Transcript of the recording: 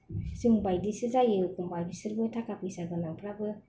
जों बायदिसो जायो एखम्बा बिसोरबो थाखा फैसा गोनांफ्राबो